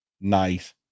nice